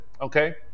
okay